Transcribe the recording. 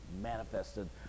manifested